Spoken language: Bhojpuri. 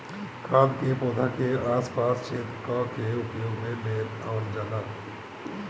खाद के पौधा के आस पास छेद क के उपयोग में ले आवल जाला